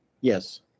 Yes